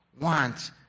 want